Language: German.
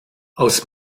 aus